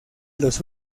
los